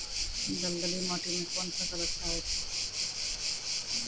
दलदली माटी म कोन फसल अच्छा होय छै?